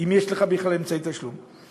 אם יש לך בכלל אמצעי תשלום.